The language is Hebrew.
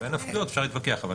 לגבי הנפקויות אפשר להתווכח, אבל